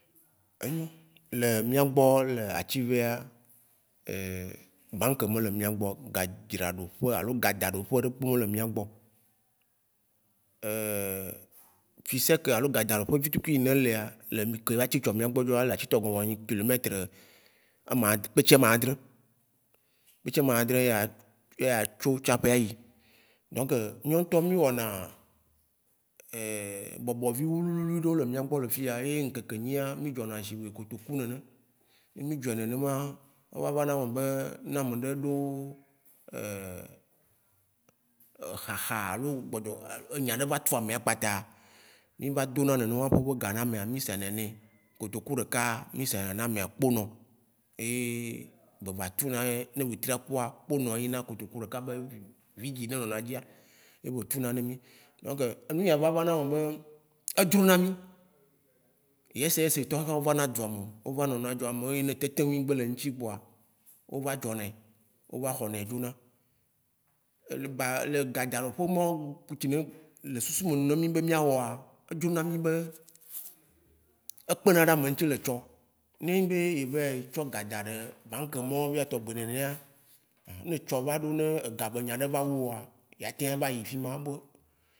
Enyɔ, le miagbɔ le attivea, bãk me le miagbɔ. Ga dzraɖoƒe alo gadaɖeƒe ɖekpe me le miagbɔo. fusec alo ga dzraɖoƒe vitsukui yi ne lea, ke va tsi tsɔ miagbɔa droa ele atsitɔgɔ̃. Vɔ nyi kilometre amaadrɛ, kpetsi amaadrɛ. Kpetsi amaadrɛ ya ye a tso tsaƒe a yi. donk mia ŋtɔ mi wɔna bɔbɔ vi wli wli wli ɖe le miagbɔo le fiyea. Ye ŋkeke nyia mi ɖzɔna shigbe be kotoku ene. Ne mi dzɔɛ nenema, eva vana eme be, ne ameɖe ɖo e xaxa alo gbɔdzɔ enya ɖe va tsu amea kpata miva dona nenema ƒe ga ne amea. Mi sɛnɛ nɛ, kotoku ɖekaa, mi sɛnɛ na amea kponɔ. ye be va tsuna, ne wetria kua, kponɔ ye nyina kotoku ɖeka be, vidzi yi ne nɔna dzia, ye wò tsuna ne mi. Donk enuya va vana eme be, e dzrona mi, yes yes tɔ wo tsà vana dzuame. O va nɔna dzɔ. Ame yiwo teteŋui gbe le shi kpoa o va dzɔnɛ, o va xɔnɛ dzona. Le ba le gadzaɖoƒe mawo tsi ne le susume nuŋ ne mi be mia wɔa, e dzrona mi be, e kpena ɖe ame ŋtsi le tsɔ. Ne enyi be eva yi tsɔ ga daɖe bank mawo via tɔŋgbe nenea, ne tsɔ vaɖo ne ga be ŋɖe va wu woa, a teŋ vayi fima abe.